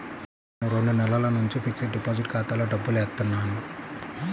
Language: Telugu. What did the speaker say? నేను రెండు నెలల నుంచి ఫిక్స్డ్ డిపాజిట్ ఖాతాలో డబ్బులు ఏత్తన్నాను